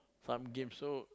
some games so